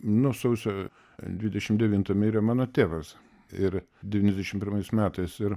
nu sausio dvidešimt devintą mirė mano tėvas ir devyniasdešimt pirmais metais ir